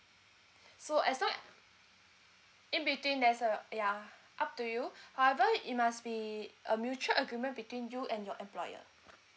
so as long in between there's a yeah up to you however it must be a mutual agreement between you and your employer